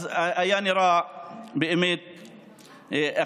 אז זה היה נראה באמת אחרת.